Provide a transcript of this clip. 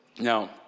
Now